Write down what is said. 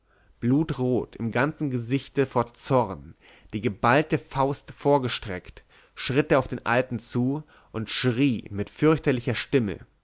blutrot im ganzen gesichte vor zorn die geballte faust vorgestreckt schritt er auf den alten zu und schrie mit fürchterlicher stimme